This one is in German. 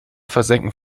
versenken